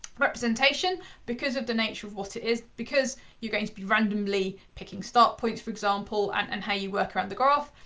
representation because of the nature of what it is. because you're going to be randomly picking start points, for example, and and how you work around the graph.